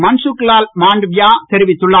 மன்சுக்லால் மண்டாவியா தெரிவித்துள்ளார்